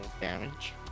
damage